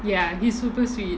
ya he's super sweet